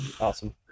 Awesome